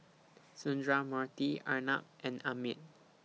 Sundramoorthy Arnab and Amit